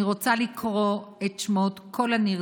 אני רוצה לקרוא את שמות כל הנרצחות: